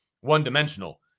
one-dimensional